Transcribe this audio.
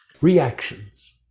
Reactions